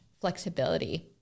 flexibility